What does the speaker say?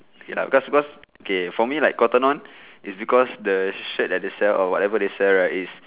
okay lah because because okay for me like Cotton On is because the shirt shirt that they sell or whatever they sell right is